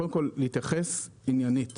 קודם כול להתייחס עניינית